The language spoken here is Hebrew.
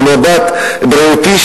מבט בריאותי,